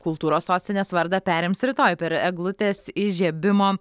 kultūros sostinės vardą perims rytoj per eglutės įžiebimo